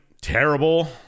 terrible